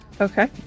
okay